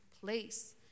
place